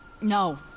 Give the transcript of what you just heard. No